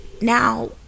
Now